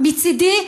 מצידי,